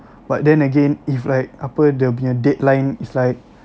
but then again if like apa dia punya deadline is like